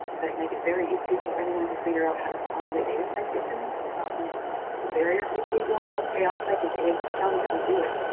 that make it very easy for anyone to figure out how to format a data citation, that's often a barrier for people. okay, i'll cite data, just tell me how to do it.